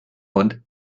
und